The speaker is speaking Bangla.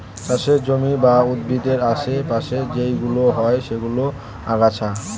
চাষের জমির বা উদ্ভিদের আশে পাশে যেইগুলো হয় সেইগুলো আগাছা